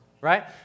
Right